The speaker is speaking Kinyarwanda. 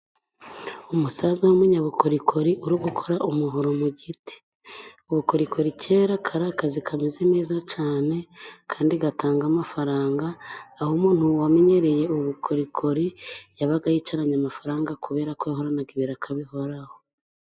Umusaza w'umunyabukorikori uri gukora umuhoro mu giti. Ubukorikori kera kari akazi kameze neza cyane kandi gatanga amafaranga, aho umuntu wamenyereye ubukorikori yabaga yicaranye amafaranga kubera ko yahoranaga ibiraka bihoraho.